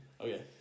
Okay